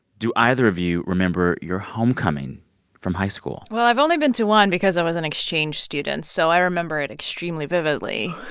do either of you remember your homecoming from high school? well, i've only been to one because i was an exchange student, so i remember it extremely vividly.